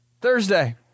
Thursday